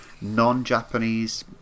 non-Japanese